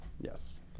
Yes